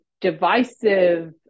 divisive